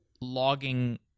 logging